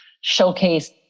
showcase